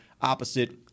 opposite –